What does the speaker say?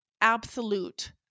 absolute